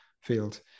field